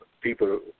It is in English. people